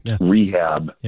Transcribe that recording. Rehab